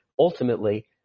Ultimately